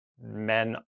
men